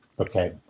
Okay